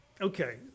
okay